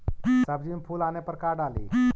सब्जी मे फूल आने पर का डाली?